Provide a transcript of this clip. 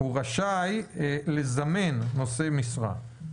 הוא רשאי לזמן נושא משרה.